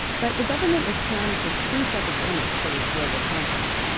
but the government is trying to spruce up its image for this global conference.